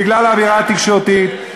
בגלל האווירה התקשורתית.